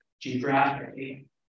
geographically